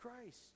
Christ